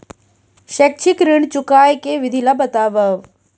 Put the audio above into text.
शैक्षिक ऋण चुकाए के विधि ला बतावव